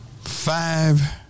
five